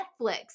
Netflix